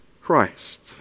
Christ